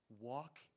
walk